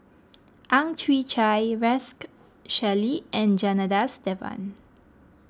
Ang Chwee Chai Rex Shelley and Janadas Devan